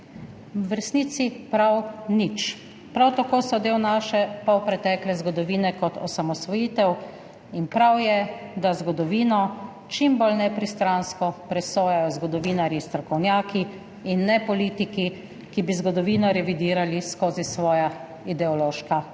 V resnici prav nič. Prav tako so del naše polpretekle zgodovine kot osamosvojitev in prav je, da zgodovino čim bolj nepristransko presojajo zgodovinarji, strokovnjaki in ne politiki, ki bi zgodovino revidirali skozi svoja ideološka očala.